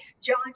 john